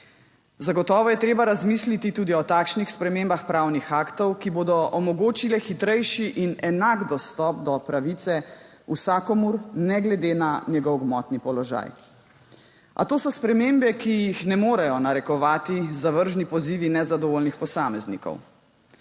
Zagotovo je treba razmisliti tudi o takšnih spremembah pravnih aktov, ki bodo omogočile hitrejši in enak dostop do pravice vsakomur ne glede na njegov gmotni položaj. A to so spremembe, ki jih ne morejo narekovati zavržni pozivi nezadovoljnih posameznikov.